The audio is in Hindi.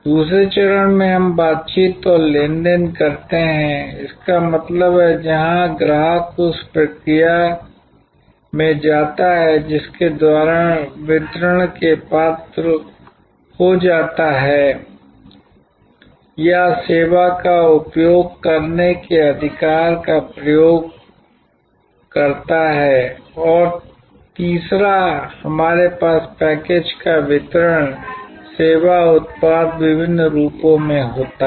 दूसरे चरण में हम बातचीत और लेनदेन करते हैं इसका मतलब है जहां ग्राहक उस प्रक्रिया में जाता है जिसके द्वारा वितरण के लिए पात्र हो जाता है या सेवा का उपयोग करने के अधिकार का उपयोग करता है और तीसरा हमारे पास पैकेज का वितरण सेवा उत्पाद विभिन्न रूपों में होता है